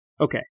Okay